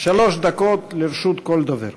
שלוש דקות לרשות כל דובר.